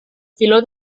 filó